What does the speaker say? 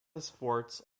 sports